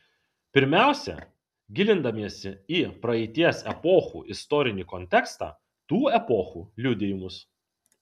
pirmiausia gilindamiesi į praeities epochų istorinį kontekstą tų epochų liudijimus